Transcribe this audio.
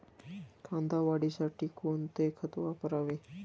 कांदा वाढीसाठी कोणते खत वापरावे?